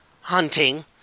hunting